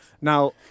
Now